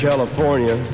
California